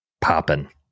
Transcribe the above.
popping